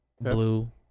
blue